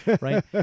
Right